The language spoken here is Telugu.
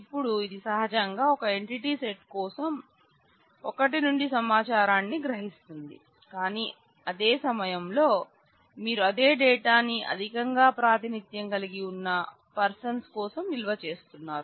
ఇప్పుడు ఇది సహజంగా ఒక ఎంటిటీ సెట్ కోసం ఒక నుండి సమాచారాన్ని సంగ్రహిస్తుంది కానీ అదే సమయంలో మీరు అదే డేటాని అధికంగా ప్రాతినిధ్యం కలిగి ఉన్న పర్సన్స్ కోసం నిల్వ చేస్తున్నారు